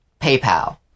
PayPal